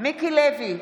מיקי לוי,